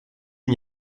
n’y